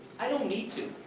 i don't need to.